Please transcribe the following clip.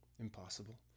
impossible